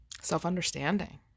self-understanding